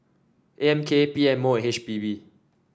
A M K P M O H P B